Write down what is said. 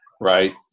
right